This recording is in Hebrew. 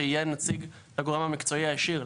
שיהיה נציג לגורם המקצועי הישיר,